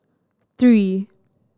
three